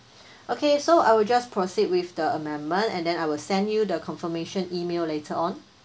okay so I will just proceed with the amendment and then I will send you the confirmation email later on